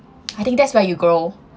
I think that's why you grow